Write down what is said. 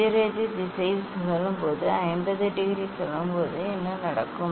எதிரெதிர் திசையில் சுழலும் போது 50 டிகிரி சுழலும் போது என்ன நடக்கும்